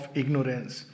ignorance